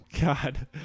God